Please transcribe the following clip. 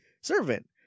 servant